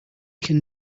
can